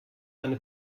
eine